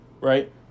right